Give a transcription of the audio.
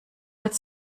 als